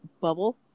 bubble